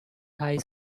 high